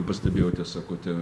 pastebėjote sakote